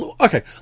Okay